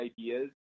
ideas